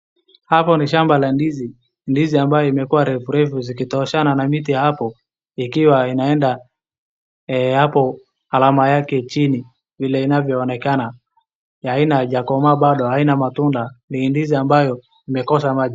Hapo ni shamba la ndizi. Ndizi ambayo imekua refu refu zikitoshana na miti hapo ikiwa inaenda hapo alama yake chini vile inavyoonekana haina haijakomaa bado haina matunda. Ni ndizi ambayo imekosa maji.